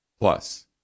Plus